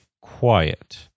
quiet